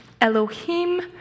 Elohim